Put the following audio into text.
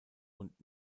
und